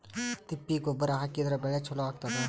ತಿಪ್ಪಿ ಗೊಬ್ಬರ ಹಾಕಿದ್ರ ಬೆಳಿ ಚಲೋ ಆಗತದ?